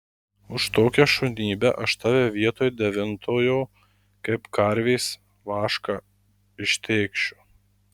už tokią šunybę aš tave vietoj devintojo kaip karvės vašką ištėkšiu